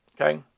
Okay